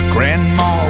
Grandma